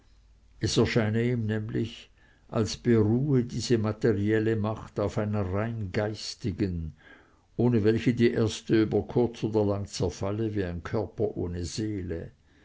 es erscheine ihm nämlich als beruhe diese materielle macht auf einer rein geistigen ohne welche die erste über kurz oder lang zerfalle wie ein körper ohne seele